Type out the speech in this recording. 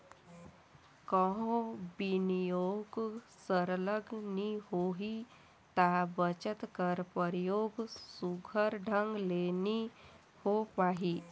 कहों बिनियोग सरलग नी होही ता बचत कर परयोग सुग्घर ढंग ले नी होए पाही